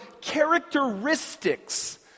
characteristics